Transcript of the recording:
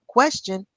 Question